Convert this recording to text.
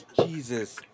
Jesus